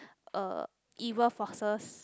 uh evil forces